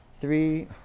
three